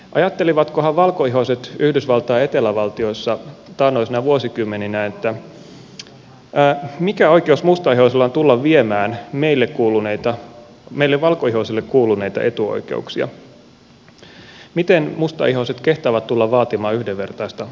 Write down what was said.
ajattelivatkohan valkoihoiset yhdysvaltain etelävaltioissa taannoisina vuosikymmeninä että mikä oikeus mustaihoisilla on tulla viemään meille valkoihoisille kuuluneita etuoikeuksia miten mustaihoiset kehtaavat tulla vaatimaan yhdenvertaista kohtelua